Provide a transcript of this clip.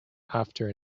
after